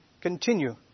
continue